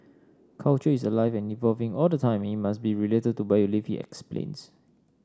culture is alive and evolving all the time it must be related to where you live he explains